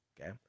okay